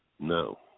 No